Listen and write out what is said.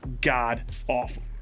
god-awful